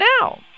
now